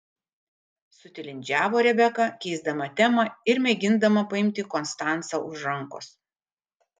sutilindžiavo rebeka keisdama temą ir mėgindama paimti konstancą už rankos